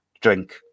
drink